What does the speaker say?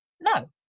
no